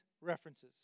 references